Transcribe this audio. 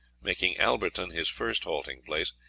making alberton his first halting-place,